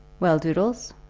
well, doodles,